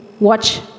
Watch